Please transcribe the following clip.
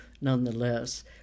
nonetheless